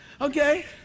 Okay